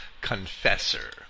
confessor